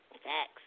Facts